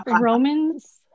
Romans